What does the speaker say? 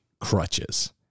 crutches